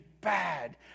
bad